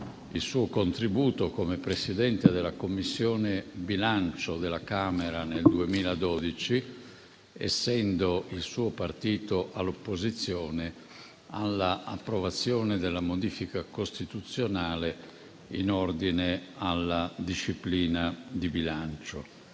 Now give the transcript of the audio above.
il suo contributo, come Presidente della Commissione bilancio della Camera nel 2012, essendo il suo partito all'opposizione, all'approvazione della modifica costituzionale in ordine alla disciplina di bilancio.